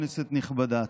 כנסת נכבדה,